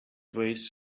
weighs